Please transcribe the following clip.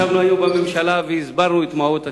ישבנו היום בממשלה והסברנו את מהות התיקון.